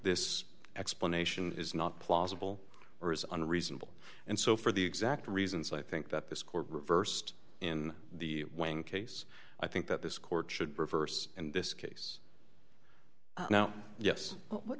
this explanation is not plausible or is under reasonable and so for the exact reasons i think that this court reversed in the case i think that this court should reverse in this case now yes what